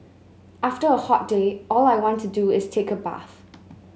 after a hot day all I want to do is take a bath